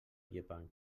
llepant